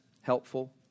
helpful